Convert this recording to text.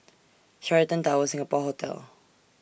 Sheraton Towers Singapore Hotel